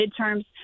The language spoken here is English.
midterms